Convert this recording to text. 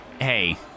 Hey